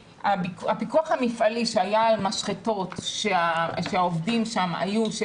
הפיקוח המפעלי שהיה על משחטות שהעובדים שם היו של